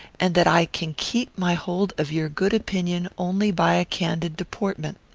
and that i can keep my hold of your good opinion only by a candid deportment.